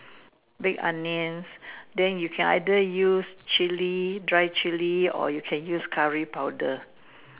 big onions then you can either use chilli dry chilli or you can use curry powder